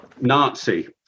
Nazi